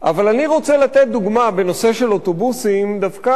אבל אני רוצה לתת דוגמה בנושא של אוטובוסים דווקא,